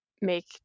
make